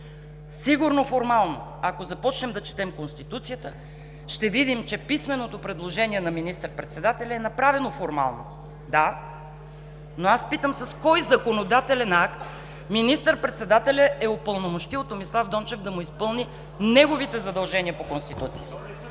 Сигурно формално – ако започнем да четем Конституцията, ще видим, че писменото предложение на министър-председателя е направено формално. Да. Но аз питам: с кой законодателен акт министър-председателят е упълномощил Томислав Дончев да изпълни неговите задължения по Конституция?